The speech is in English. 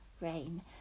rain